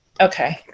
Okay